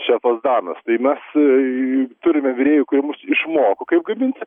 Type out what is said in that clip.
šefas danas tai mes eee turime virėjų kurie išmoko kaip gaminti